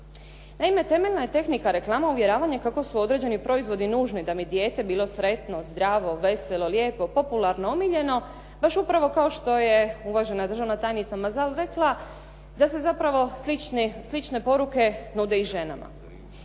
Naime, temeljna je tehnika reklama uvjeravanje kako su određeni proizvodi nužni da bi dijete bilo sretno, zdravo, veselo, lijepo, popularno, omiljeno, baš upravo kao što je uvažena državna tajnica Mazal rekla da se zapravo slične poruke nude i ženama.